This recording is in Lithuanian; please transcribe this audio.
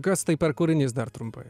kas tai per kūrinys dar trumpai